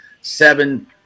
seven –